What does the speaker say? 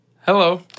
Hello